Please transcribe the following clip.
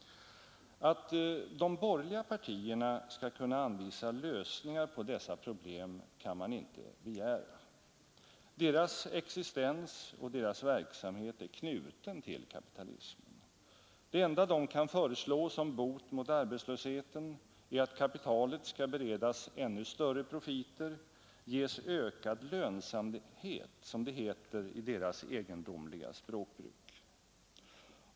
Att de borgerliga partierna skall kunna anvisa lösningar på dessa problem kan man inte begära. Deras existens och deras verksamhet är knutna till kapitalismen. Det enda de kan föreslå som bot mot arbetslösheten är att kapitalet skall beredas ännu större profiter, ges ”ökad lönsamhet” som det heter i deras egendomliga språkbruk.